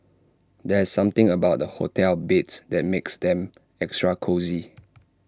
there is something about the hotel beds that makes them extra cosy